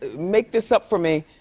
make this up for me,